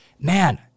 man